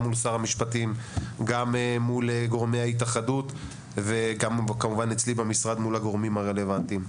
שר המשפטים וגורמי ההתאחדות וכמובן אצלי במשרד מול הגורמים הרלוונטיים.